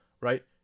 right